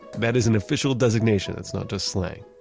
that is an official designation. it's not just slang.